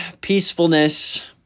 peacefulness